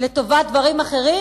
לטובת דברים אחרים?